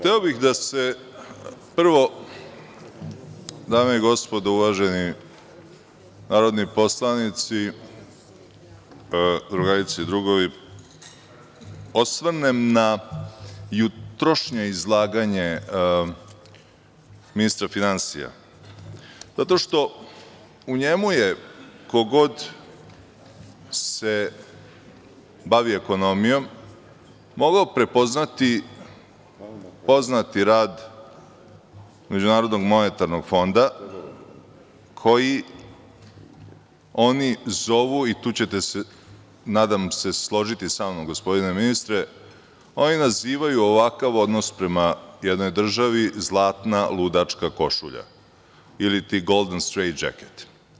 Hteo bih da se prvo, dame i gospodo uvaženi narodni poslanici, drugarice i drugovi, osvrnem na jutrošnje izlaganje ministra finansija, zato što u njemu je ko god se bavi ekonomijom mogao prepoznati poznati rad MMF-a, koji oni zovu, i tu ćete se nadam se složiti sa mnom, gospodine ministre, oni nazivaju ovakav odnos prema jednoj državi zlatna ludačka košulja, iliti golden straightjacket.